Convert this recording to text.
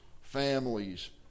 families